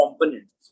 components